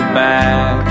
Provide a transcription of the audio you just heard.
back